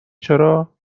چرا